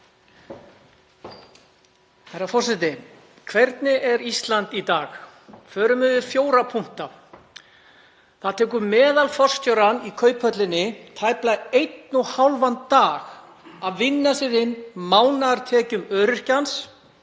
Herra forseti. Hvernig er Ísland í dag? Förum yfir fjóra punkta. Það tekur meðalforstjórann í Kauphöllinni tæplega einn og hálfan dag að vinna sér inn mánaðartekjur öryrkjans,